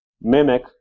mimic